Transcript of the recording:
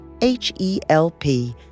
H-E-L-P